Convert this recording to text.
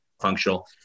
functional